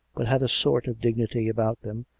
but had a sort of dignity about them,